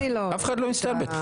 אף אחד לא מסתלבט.